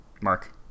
Mark